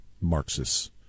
Marxists